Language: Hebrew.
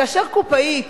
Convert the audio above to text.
כאשר קופאית